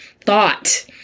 thought